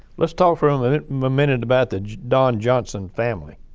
let's talk for a minute minute about the don johnson family.